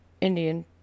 Indian